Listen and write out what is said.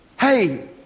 Hey